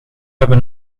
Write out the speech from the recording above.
hebben